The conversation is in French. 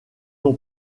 ont